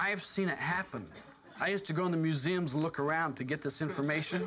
have seen it happen i used to go to museums look around to get this information